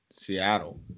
Seattle